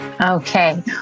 Okay